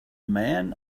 man